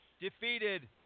defeated